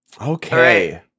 Okay